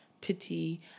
pity